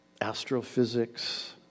astrophysics